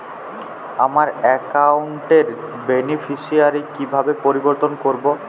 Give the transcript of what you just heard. আমার অ্যাকাউন্ট র বেনিফিসিয়ারি কিভাবে পরিবর্তন করবো?